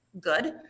good